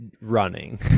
running